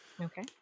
Okay